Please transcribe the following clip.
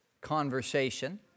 conversation